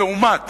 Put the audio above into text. לעומת